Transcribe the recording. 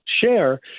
share